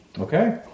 Okay